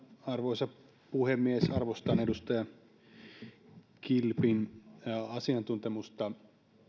arvoisa puhemies arvostan edustaja kilven asiantuntemusta